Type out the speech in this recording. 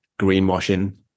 greenwashing